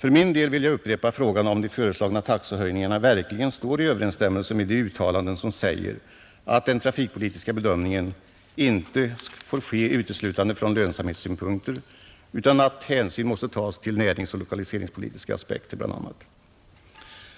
Jag vill för min del upprepa frågan huruvida de föreslagna taxehöjningarna verkligen står i överensstämmelse med de uttalanden som gjorts om att den trafikpolitiska bedömningen inte får ske uteslutande från lönsamhetssynpunkter, utan att hänsyn också måste tas till bl.a. näringsoch lokaliseringspolitiska aspekter.